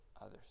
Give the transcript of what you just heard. others